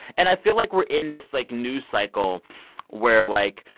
and i feel like we're in this, like, news cycle where, like,